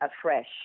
afresh